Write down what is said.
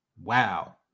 Wow